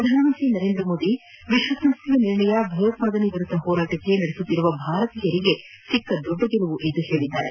ಪ್ರಧಾನಮಂತ್ರಿ ನರೇಂದ್ರ ಮೋದಿ ವಿಶ್ವಸಂಸ್ಣೆಯ ನಿರ್ಣಯ ಭಯೋತ್ವಾದನೆ ವಿರುದ್ದ ಹೋರಾಟಕ್ಕೆ ನಡೆಸುತ್ತಿರುವ ಭಾರತೀಯರಿಗೆ ಸಿಕ್ಕ ದೊಡ್ಡ ಗೆಲುವು ಎಂದು ಹೇಳಿದ್ದಾರೆ